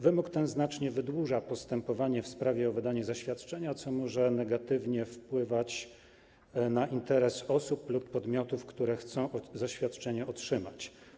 Wymóg ten znacznie wydłuża postępowanie w sprawie o wydanie zaświadczenia, co może negatywnie wpływać na interes osób lub podmiotów, które chcą zaświadczenie otrzymać.